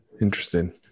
Interesting